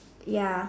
ya